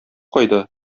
кайда